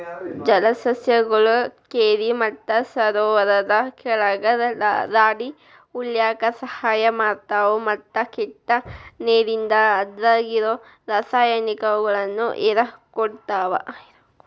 ಜಲಸಸ್ಯಗಳು ಕೆರಿ ಮತ್ತ ಸರೋವರದ ಕೆಳಗ ರಾಡಿ ಉಳ್ಯಾಕ ಸಹಾಯ ಮಾಡ್ತಾವು, ಮತ್ತ ಕೆಟ್ಟ ನೇರಿಂದ ಅದ್ರಾಗಿರೋ ರಾಸಾಯನಿಕಗಳನ್ನ ಹೇರಕೋತಾವ